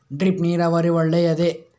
Drip ನೀರಾವರಿ ಒಳ್ಳೆಯದೇ?